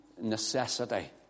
necessity